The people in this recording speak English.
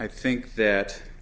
i think that